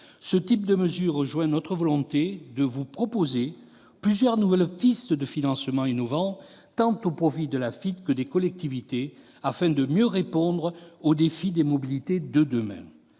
Ce type de mesure rejoint notre volonté de vous proposer plusieurs nouvelles pistes de financements innovants, tant au profit de l'Afitf que des collectivités territoriales, afin de mieux répondre au défi des mobilités de demain.